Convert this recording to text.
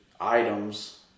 items